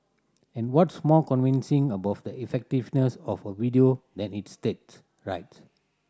and what's more convincing about the effectiveness of a video than its stats right